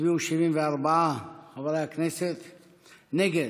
הצביעו 74 חברי הכנסת, נגד,